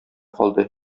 калды